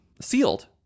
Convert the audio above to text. sealed